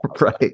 Right